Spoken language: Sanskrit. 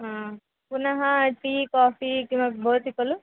हा पुनः टी काफ़ि किमपि भवति खलु